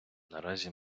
наразі